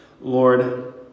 Lord